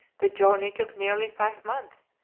the journey took nearly five months,